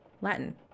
Latin